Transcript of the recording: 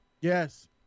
yes